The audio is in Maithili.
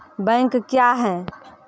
बैंक क्या हैं?